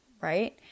right